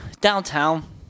Downtown